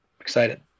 excited